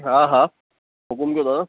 हा हा हुकुम कयो दादा